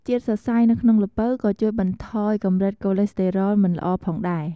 ជាតិសរសៃនៅក្នុងល្ពៅក៏ជួយបន្ថយកម្រិតកូឡេស្តេរ៉ុលមិនល្អផងដែរ។